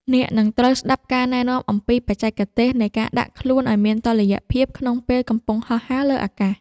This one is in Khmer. អ្នកនឹងត្រូវស្ដាប់ការណែនាំអំពីបច្ចេកទេសនៃការដាក់ខ្លួនឱ្យមានតុល្យភាពក្នុងពេលកំពុងហោះហើរលើអាកាស។